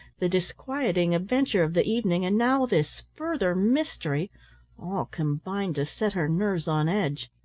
the disquieting adventure of the evening, and now this further mystery all combined to set her nerves on edge.